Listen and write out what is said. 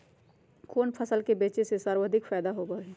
कोन फसल के बेचे से सर्वाधिक फायदा होबा हई?